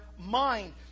mind